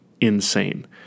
insane